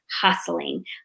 hustling